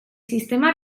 sistema